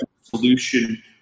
solution